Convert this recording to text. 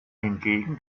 hingegen